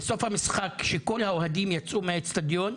"בסוף המשחק כשכל האוהדים יצאו מהאצטדיון",